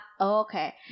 Okay